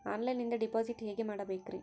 ಆನ್ಲೈನಿಂದ ಡಿಪಾಸಿಟ್ ಹೇಗೆ ಮಾಡಬೇಕ್ರಿ?